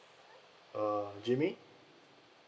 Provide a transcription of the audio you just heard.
uh jimmy